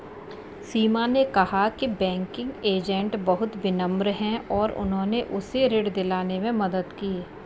सीमा ने कहा कि बैंकिंग एजेंट बहुत विनम्र हैं और उन्होंने उसे ऋण दिलाने में मदद की